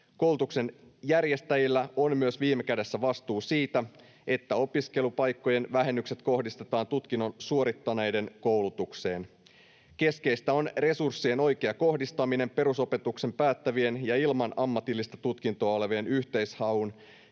Koulutuksen järjestäjillä on myös viime kädessä vastuu siitä, että opiskelupaikkojen vähennykset kohdistetaan tutkinnon suorittaneiden koulutukseen. Keskeistä on resurssien oikea kohdistaminen perusopetuksen päättävien ja ilman ammatillista tutkintoa olevien yhteishaun